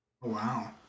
wow